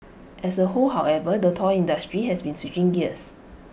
as A whole however the toy industry has been switching gears